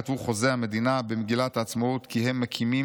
כתבו חוזי המדינה במגילת העצמאות כי הם מקימים